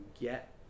get